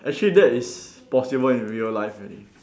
actually that is possible in real life already